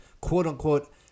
quote-unquote